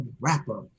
rapper